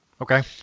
Okay